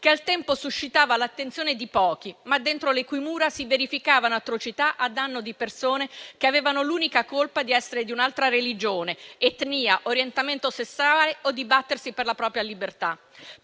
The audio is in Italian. che al tempo suscitava l'attenzione di pochi, ma dentro le cui mura si verificavano atrocità a danno di persone che avevano l'unica colpa di essere di un'altra religione, etnia, orientamento sessuale o di battersi per la propria libertà.